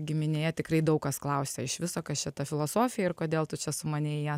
giminėje tikrai daug kas klausė iš viso kas čia ta filosofija ir kodėl tu čia sumanei į ją